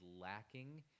lacking